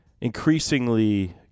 increasingly